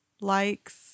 likes